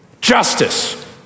justice